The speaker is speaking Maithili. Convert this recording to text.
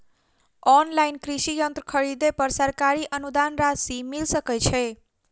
ऑनलाइन कृषि यंत्र खरीदे पर सरकारी अनुदान राशि मिल सकै छैय?